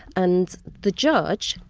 and the judge,